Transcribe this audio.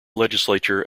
legislature